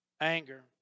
anger